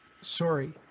Sorry